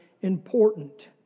important